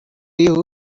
you